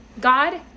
God